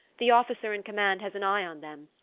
the officer in command has an eye on them,